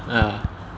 uh